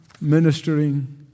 ministering